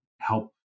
help